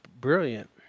brilliant